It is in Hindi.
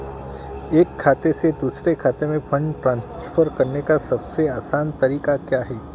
एक खाते से दूसरे खाते में फंड ट्रांसफर करने का सबसे आसान तरीका क्या है?